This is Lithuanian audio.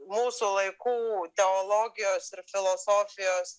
mūsų laikų teologijos filosofijos